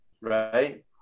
right